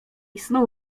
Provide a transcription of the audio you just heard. myśli